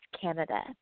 Canada